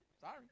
Sorry